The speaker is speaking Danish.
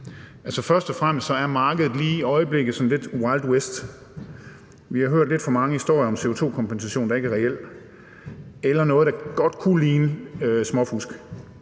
først og fremmest er markedet lige i øjeblikket sådan lidt wild west. Vi har hørt lidt for mange historier om CO2-kompensation, der ikke er reel eller er noget, der godt kunne ligne småfusk.